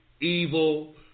evil